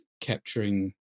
capturing